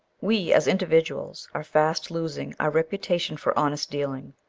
we, as individuals, are fast losing our reputation for honest dealing.